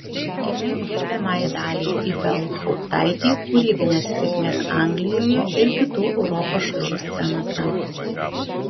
linkime gerbiamai daliai ibelhauptaitei kūrybinės sėkmės anglijoje ir kitų europos šalių scenose